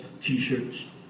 t-shirts